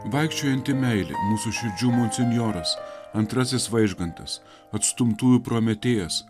vaikščiojanti meilė mūsų širdžių monsinjoras antrasis vaižgantas atstumtųjų prometėjas